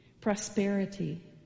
prosperity